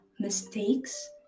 mistakes